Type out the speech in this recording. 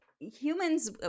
humans